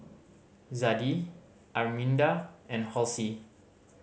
Zadie Arminda and Halsey